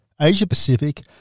Asia-Pacific